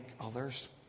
others